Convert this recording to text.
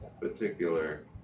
particular